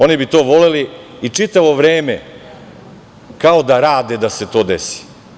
Oni bi to voleli i čitavo vreme kao da rade da se to desi.